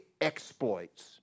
exploits